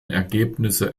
ergebnisse